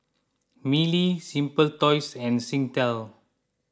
Mili Simply Toys and Singtel